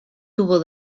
tuvo